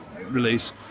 release